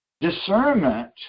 discernment